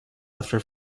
after